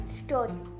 story